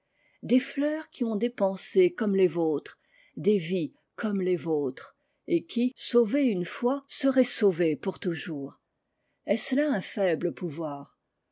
des fleurs qui ont des pensées comme les vôtres des vies comme les vôtres et qui sauvées pour toujours est vées une fois seraient sauvées pour toujours est ce là un faible pouvoir